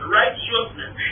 righteousness